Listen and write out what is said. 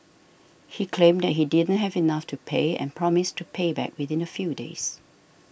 he claimed that he didn't have enough to pay and promised to pay back within a few days